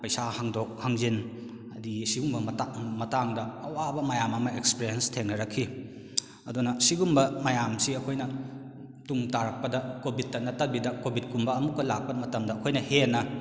ꯄꯩꯁꯥ ꯍꯪꯗꯣꯛ ꯍꯪꯖꯤꯟ ꯑꯗꯒꯤ ꯁꯤꯒꯨꯝꯕ ꯃꯇꯥꯡꯗ ꯑꯋꯥꯕ ꯃꯌꯥꯝ ꯑꯃ ꯑꯦꯛꯁꯄꯔꯤꯌꯦꯟꯁ ꯊꯦꯡꯅꯔꯛꯈꯤ ꯑꯗꯨꯅ ꯁꯤꯒꯨꯝꯕ ꯃꯌꯥꯝꯁꯤ ꯑꯩꯈꯣꯏꯅ ꯇꯨꯡ ꯇꯥꯔꯛꯄꯗ ꯀꯣꯚꯤꯠꯇ ꯅꯠꯇꯕꯤꯗ ꯀꯣꯚꯤꯠꯀꯨꯝꯕ ꯑꯃꯨꯛꯀ ꯂꯥꯛꯄ ꯃꯇꯝꯗ ꯑꯩꯈꯣꯏꯅ ꯍꯦꯟꯅ